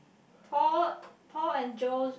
Paul Paul and Joe